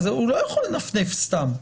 הוא לא יכול לנפנף סתם,